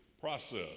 process